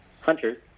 Hunters